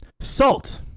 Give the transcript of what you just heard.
salt